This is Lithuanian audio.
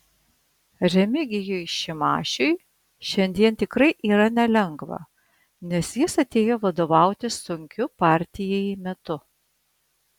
remigijui šimašiui šiandien tikrai yra nelengva nes jis atėjo vadovauti sunkiu partijai metu